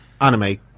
anime